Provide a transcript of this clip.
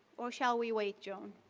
or shall we wait, joan?